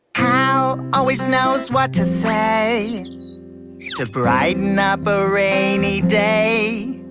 hal always knows what to say to brighten up a rainy day